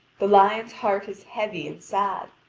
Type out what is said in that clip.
the lion's heart is heavy and sad,